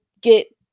get